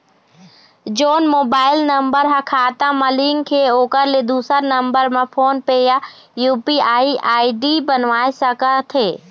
जोन mobile number हा खाता मा लिन्क हे ओकर ले दुसर नंबर मा फोन पे या यू.पी.आई आई.डी बनवाए सका थे?